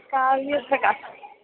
काव्यपुस्तकम्